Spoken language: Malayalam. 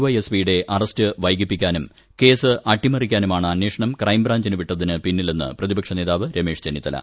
വൈ എസ് പി യുടെ അറസ്റ്റ് വൈകിപ്പിക്കാനും കേസ് അട്ടിമറിക്കാനുമാണു അന്വേഷണം ക്രൈബ്രാഞ്ചിനു വിട്ടതിനു പിന്നിലെന്ന് പ്രതിപക്ഷ നേതാവ് രമേശ് ചെന്നിത്തല